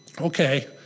okay